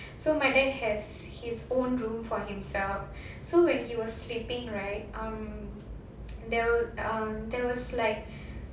so my dad has his own room for himself so when he was sleeping right um there'll uh there was like